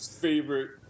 favorite